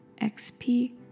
XP